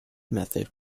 method